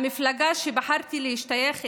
המפלגה שבחרתי להשתייך אליה,